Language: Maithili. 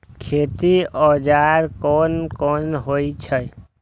खेती औजार कोन कोन होई छै?